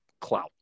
clout